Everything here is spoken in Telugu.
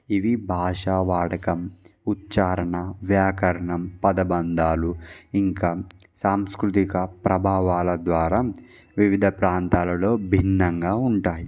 ఇవి భాషా వాడకం ఉచ్చారణ వ్యాకరణం పదబంధాలు ఇంకా సాంస్కృతిక ప్రభావాల ద్వారా వివిధ ప్రాంతాలలో భిన్నంగా ఉంటాయి